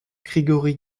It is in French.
grigori